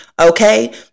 okay